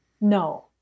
No